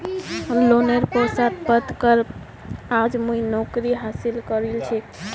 लोनेर पैसात पढ़ कर आज मुई नौकरी हासिल करील छि